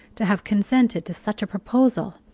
to have consented to such a proposal?